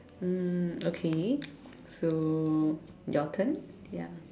um okay so your turn ya